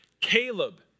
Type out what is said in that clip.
Caleb